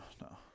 no